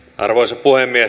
arvoisa puhemies